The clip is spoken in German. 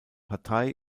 partei